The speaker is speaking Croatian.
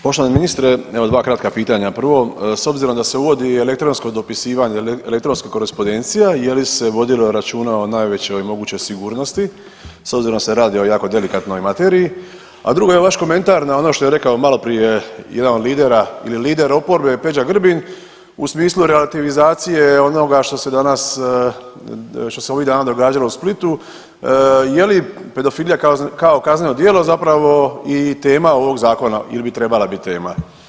Poštovani ministre, evo dva kratka pitanja, prvo s obzirom da se uvodi elektronsko dopisivanje, elektronska korespondencija, je li se vodilo računa o najvećoj mogućnoj sigurnosti s obzirom da se radi o jako delikatnoj materiji, a drugo je vaš komentar na ono što je rekao maloprije jedan od lidera ili lider oporbe Peđa Grbin u smislu relativizacije onoga što se danas, što se ovih dana događalo u Splitu, je li pedofilija kao kazneno djelo zapravo i tema ovog zakona ili bi trebala bit tema?